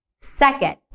Second